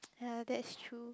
ya that's true